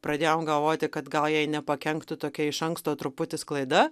pradėjom galvoti kad gal jai nepakenktų tokia iš anksto truputį sklaida